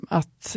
att